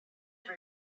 have